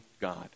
God